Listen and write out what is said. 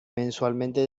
mensualmente